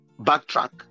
backtrack